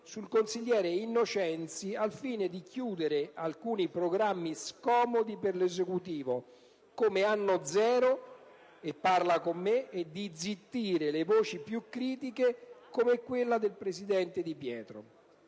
sul consigliere Innocenzi, al fine di chiudere alcuni programmi scomodi per l'Esecutivo, come «Annozero» e «Parla con me», e di zittire le voci più critiche, come quella del presidente Di Pietro.